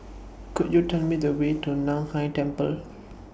Could YOU Tell Me The Way to NAN Hai Temple